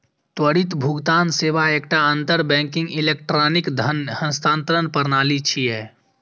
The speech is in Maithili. त्वरित भुगतान सेवा एकटा अंतर बैंकिंग इलेक्ट्रॉनिक धन हस्तांतरण प्रणाली छियै